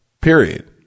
Period